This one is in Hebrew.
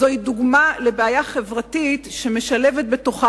זוהי דוגמה לבעיה חברתית שמשולבות בתוכה